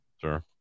Sure